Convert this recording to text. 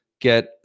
get